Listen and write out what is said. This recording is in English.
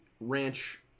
ranch